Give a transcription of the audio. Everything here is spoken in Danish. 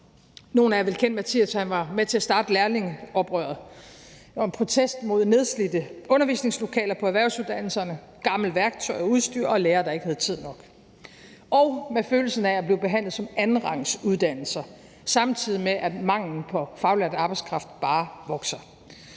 Nogle af jer vil kende Mathias, for han var med til at starte lærlingeoprøret, som var en protest mod nedslidte undervisningslokaler på erhvervsuddannelserne, gammelt værktøj og udstyr og lærere, der ikke havde tid nok, og mod følelsen af at blive behandlet som andenrangsuddannelser, samtidig med at manglen på faglært arbejdskraft bare vokser.